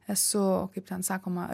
esu kaip ten sakoma